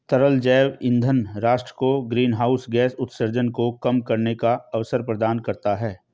तरल जैव ईंधन राष्ट्र को ग्रीनहाउस गैस उत्सर्जन को कम करने का अवसर प्रदान करता है